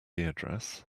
address